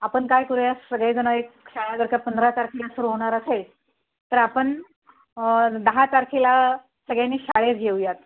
आपण काय करूया सगळेजण एक शाळा जर का पंधरा तारखेला सुरू होणार असेल तर आपण दहा तारखेला सगळ्यांनी शाळेत येऊयात